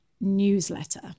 newsletter